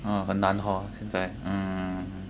ah 很难 hor 现在